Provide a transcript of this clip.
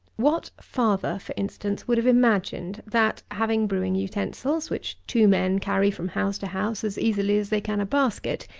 what father, for instance, would have imagined, that, having brewing utensils, which two men carry from house to house as easily as they can a basket,